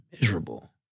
miserable